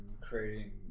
creating